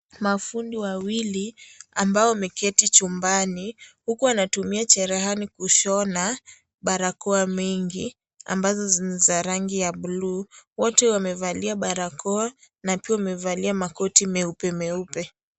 Mafundi wawili ambao wameketi chumbani huku wanatumia cherehani kushona barakoa mingi ambazo ni za rangi ya bluu. Wote wamevalia barakoa na pia wamevalia makoti meupe meupe.